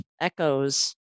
echoes